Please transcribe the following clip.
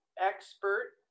expert